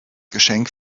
geschenk